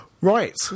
Right